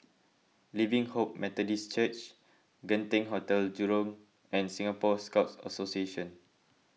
Living Hope Methodist Church Genting Hotel Jurong and Singapore Scout Association